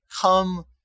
come